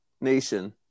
nation